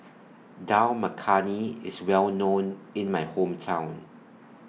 Dal Makhani IS Well known in My Hometown